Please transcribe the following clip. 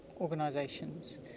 organisations